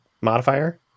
modifier